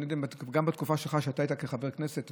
אני לא יודע אם גם בתקופה שלך כחבר כנסת,